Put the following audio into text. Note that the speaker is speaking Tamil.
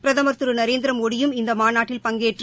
பிரதம் திரு நரேந்திரமோடியும் இநத மாநாட்டில் பங்கேற்று